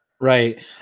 right